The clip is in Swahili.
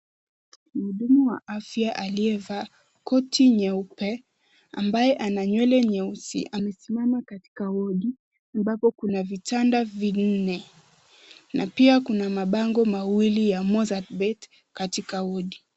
Mhudumu wa aliyevaa koti nyeupe ambaye ana nywele nyeusi amesimama katika wodi ambapo kuna vitanda vinne na pia kuna mabango mawili ya Mozzart Bet katika wodi.